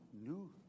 New